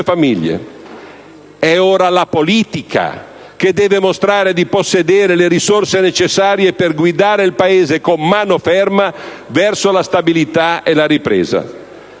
È ora la politica che deve mostrare di possedere le risorse necessarie per guidare il Paese, con mano ferma, verso la stabilità e la ripresa.